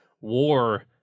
war